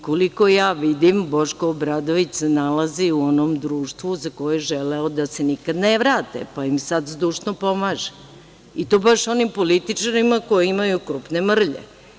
Koliko ja vidim, Boško Obradović se nalazi u onom društvu za koje je želeo da se nikada ne vrate, pa im sada zdušno pomaže i to baš onim političarima koji imaju krupne mrlje.